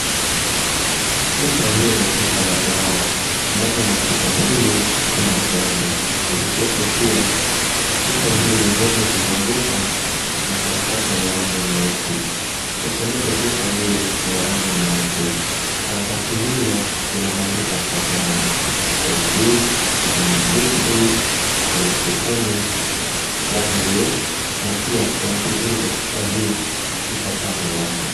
Chupa hii ni chupa ya dawa, ndani mwa chupa hili kuna tembe, isitoshe pia chupa hili limeweza kuzungushwa na karatasi yenye rangi nyeusi, kifuniko cha chupa hii ni ya rangi nyeupe, karatasi hilo lina maandishi yafuatayo, sol-D, vitamin D3 elfu kumi 1U na pia kuna kivuli cha chupa hii upande wake.